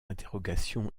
interrogation